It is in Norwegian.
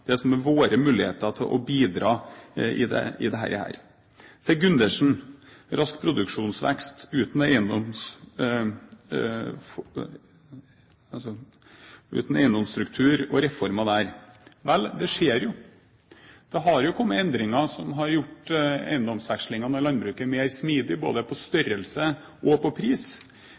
det som er våre muligheter til å bidra i dette. Til Gundersen: Rask produksjonsvekst uten eiendomsstruktur og reformer – vel, det skjer jo. Det har jo kommet endringer som har gjort eiendomsvekslingene i landbruket mer smidig både når det gjelder størrelse og pris.